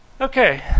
Okay